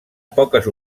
poques